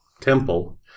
temple